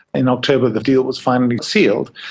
in october the deal was finally sealed.